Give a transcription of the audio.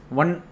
one